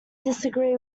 disagree